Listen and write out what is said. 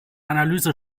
analyse